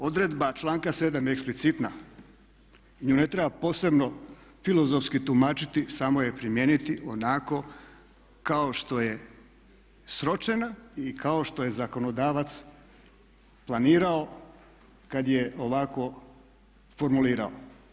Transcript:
Odredba članka 7. je eksplicitna, nju ne treba posebno filozofski tumačiti samo je primijeniti onako kao što je sročena i kao što je zakonodavac planirao kada je ovako formulirao.